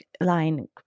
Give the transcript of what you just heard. line